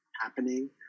happening